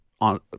on